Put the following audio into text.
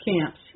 camps